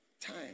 Time